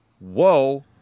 whoa